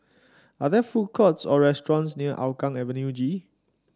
are there food courts or restaurants near Hougang Avenue G